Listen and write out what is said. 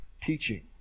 teaching